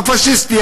הפאשיסטי,